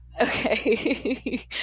Okay